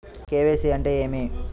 KYC అంటే ఏమి?